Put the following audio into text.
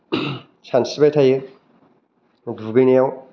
सानस्रिबाय थायो दुगैनायाव